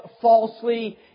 falsely